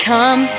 Come